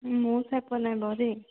ময়ো চাই পোৱা নাই বাৰু দেই